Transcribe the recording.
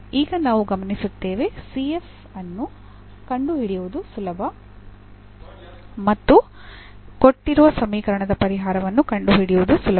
ಈಗ ನಾವು ಗಮನಿಸುತ್ತೇವೆ ಅನ್ನು ಕಂಡು ಹಿಡಿಯುವುದು ಸುಲಭ ಮತ್ತು ಕೊಟ್ಟಿರುವ ಸಮೀಕರಣದ ಪರಿಹಾರವನ್ನು ಕಂಡು ಹಿಡಿಯುವುದು ಸುಲಭ